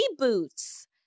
reboots